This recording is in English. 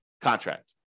contract